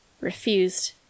refused